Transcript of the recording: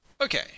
Okay